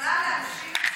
יכולה להמשיך,